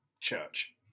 Church